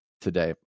today